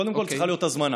קודם כול צריכה להיות הזמנה,